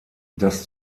das